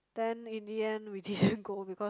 then in the end we didn't go because